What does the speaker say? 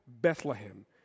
Bethlehem